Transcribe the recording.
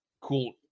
Cool